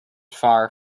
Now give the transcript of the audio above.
far